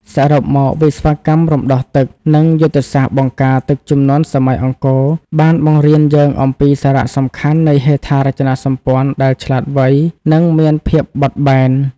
សរុបមក វិស្វកម្មរំដោះទឹក និងយុទ្ធសាស្ត្របង្ការទឹកជំនន់សម័យអង្គរ បានបង្រៀនយើងអំពីសារៈសំខាន់នៃហេដ្ឋារចនាសម្ព័ន្ធដែលឆ្លាតវៃ និងមានភាពបត់បែន។